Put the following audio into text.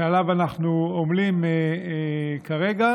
שעליו אנחנו עמלים כרגע.